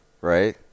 right